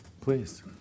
please